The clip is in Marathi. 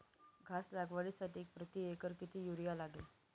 घास लागवडीसाठी प्रति एकर किती युरिया लागेल?